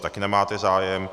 Taky nemáte zájem.